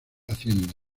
hacienda